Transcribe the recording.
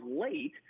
late